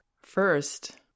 first